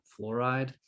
fluoride